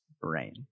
brain